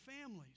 families